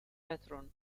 patron